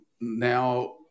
now